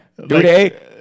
Today